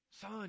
son